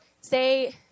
say